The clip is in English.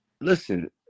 listen